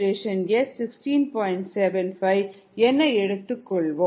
75 என எடுத்துக்கொள்வோம்